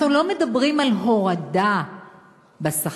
אנחנו לא מדברים על הורדה בשכר.